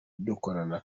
dukorana